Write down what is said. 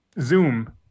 Zoom